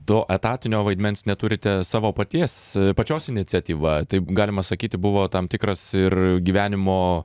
to etatinio vaidmens neturite savo paties pačios iniciatyva taip galima sakyti buvo tam tikras ir gyvenimo